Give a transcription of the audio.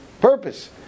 purpose